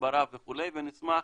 ובהסברה וכו' ונשמח